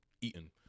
Eaten